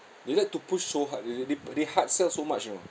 they like to push so hard already they hard sell so much you know